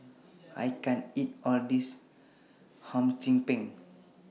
I can't eat All of This Hum Chim Peng